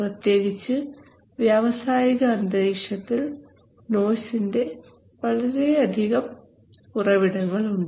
പ്രത്യേകിച്ച് വ്യവസായിക അന്തരീക്ഷത്തിൽ നോയ്സിന്റെ വളരെയധികം ഉണ്ട്